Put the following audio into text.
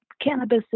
cannabis